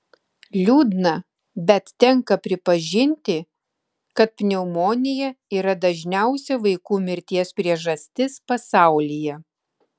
liūdna bet tenka pripažinti kad pneumonija yra dažniausia vaikų mirties priežastis pasaulyje